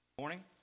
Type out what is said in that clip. Morning